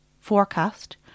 forecast